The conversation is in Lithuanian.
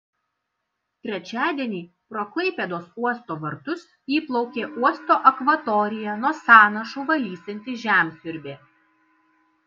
trečiadienį pro klaipėdos uosto vartus įplaukė uosto akvatoriją nuo sąnašų valysianti žemsiurbė